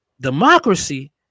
democracy